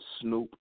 Snoop